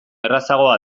errazagoa